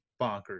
bonkers